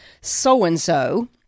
so-and-so